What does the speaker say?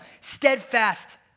steadfast